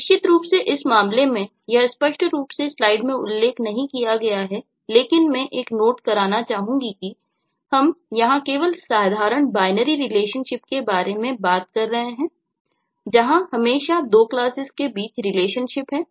निश्चित रूप से इस मामले में यह स्पष्ट रूप से स्लाइड में उल्लेख नहीं किया गया है लेकिन मैं एक नोट कराना चाहूंगा कि हम यहां केवल साधारण बायनरी रिलेशनशिप के बारे में बात कर रहे हैं जहां हमेशा दो क्लासेस के बीच रिलेशनशिप है